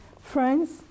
Friends